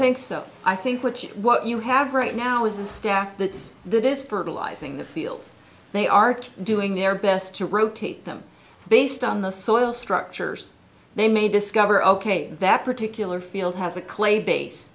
think so i think what you what you have right now is a stack that's the dis fertilizing the fields they are doing their best to rotate them based on the soil structures they may discover ok that particular field has a clay base